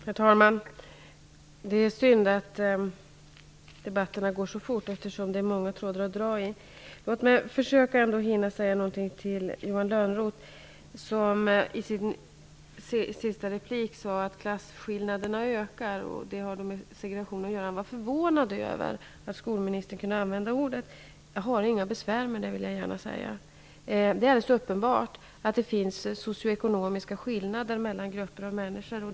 Herr talman! Det är synd att debatterna går så fort, eftersom det är många trådar att dra i. Låt mig ändå försöka hinna säga något till Johan Lönnroth. Han sade i sin sista replik att klasskillnaderna ökar och att det har med segregation att göra. Han var förvånad över att skolministern kan använda det ordet. Jag vill gärna säga att jag inte har några besvär med det. Det är alldeles uppenbart att det finns socioekonomiska skillnader mellan grupper av människor.